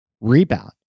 rebound